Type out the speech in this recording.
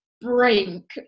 brink